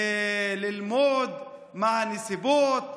ללמוד מה הנסיבות,